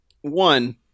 one